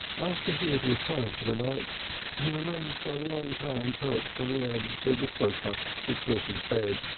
after he had retired for the night he remained for a long time perched on the edge of so the sofa which was his bed,